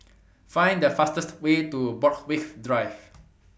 Find The fastest Way to Borthwick Drive